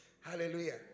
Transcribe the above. Hallelujah